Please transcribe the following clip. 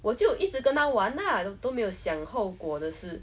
我就一直跟他玩啊都都没有想后果的事